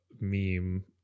meme